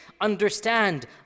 Understand